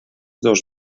dos